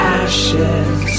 ashes